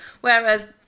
Whereas